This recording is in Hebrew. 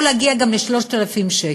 וזה יכול להגיע גם ל-3,000 שקל.